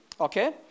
Okay